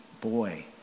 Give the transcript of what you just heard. boy